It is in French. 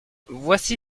voici